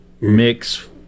mix